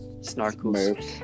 snarkles